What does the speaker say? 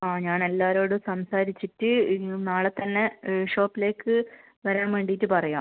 ആ ഞാൻ എല്ലാവരോടും സംസാരിച്ചിട്ട് നാളെ തന്നെ ഷോപ്പിലേക്ക് വരാൻ വേണ്ടിയിട്ട് പറയാം